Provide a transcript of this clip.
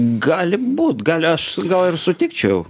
gali būt gali aš gal ir sutikčiau